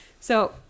So-